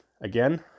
Again